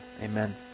Amen